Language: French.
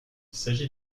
s’agit